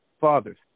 Fathers